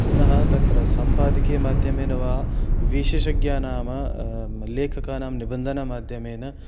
पुनः तत्र सम्पादकीयमाध्यमेन वा विशेषज्ञः नाम लेखकानां निबन्धनमाध्यमेन